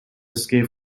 escape